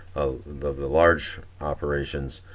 of the large operations,